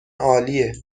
عالیه